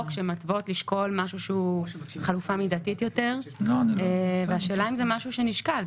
שמתוות לשקול חלופה מידתית יותר והשאלה האם זה משהו שנשקל.